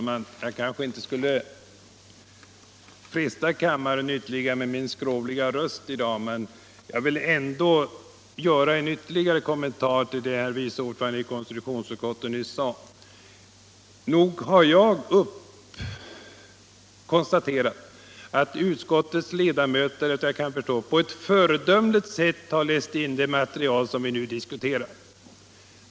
Herr talman! Jag skulle kanske inte fresta kammarens tålamod ytterligare med min i dag skrovliga röst. Men jag vill ändå göra en ytterligare kommentar till vad herr vice ordföranden i konstitutionsutskottet nyss sade. Nog har jag konstaterat att utskottets ledamöter på ett föredömligt 33 sätt har läst in det material som vi nu diskuterar.